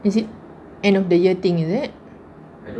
is it end of the year thing is it